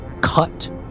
cut